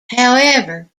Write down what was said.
however